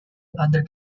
under